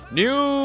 new